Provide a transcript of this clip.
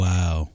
Wow